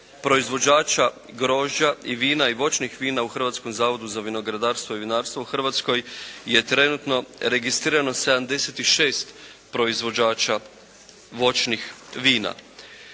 proizvođača grožđa i vina i voćnih vina u Hrvatskom zavodu za vinogradarstvo i vinarstvo u Hrvatskoj je trenutno registrirano 76 proizvođača voćnih vina.